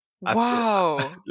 Wow